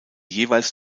jeweils